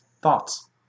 Thoughts